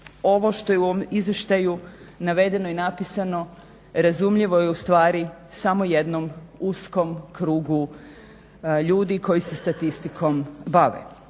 Ovo što je u ovom izvještaju navedeno i napisano razumljivo je ustvari samo jednom uskom krugu ljudi koji se statistikom bave.